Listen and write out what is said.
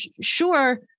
sure